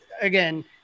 again